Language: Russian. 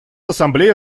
ассамблея